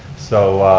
so,